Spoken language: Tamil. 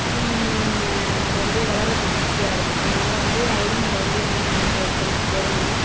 அது வந்து வளர்வதுக்கு ஈஸியாக இருக்கும் அதனால் வந்து அதையும் நம்ம வந்து என்னென்ன செ செடிக்கு போடணுமோ